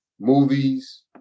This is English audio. movies